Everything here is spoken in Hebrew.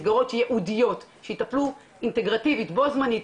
כתבתי בזמנו למשרד הבריאות: "היום פנתה אלי אימא של שיראל,